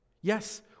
Yes